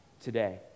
today